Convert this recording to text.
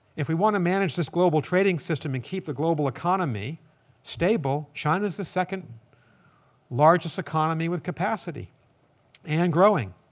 if we want to manage this global trading system and keep the global economy stable, china's the second largest economy with capacity and growing.